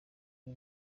ari